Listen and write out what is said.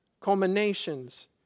culminations